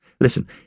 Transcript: Listen